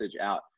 out